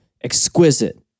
exquisite